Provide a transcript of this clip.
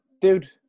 dude